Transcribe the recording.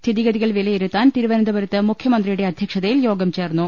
സ്ഥിതിഗതികൾ വിലയി രുത്താൻ തിരുവനന്തപുരത്ത് മുഖ്യമന്ത്രിയുടെ അധ്യക്ഷതയിൽ യോഗം ചേർന്നു